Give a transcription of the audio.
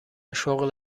شغل